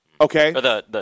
Okay